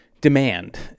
demand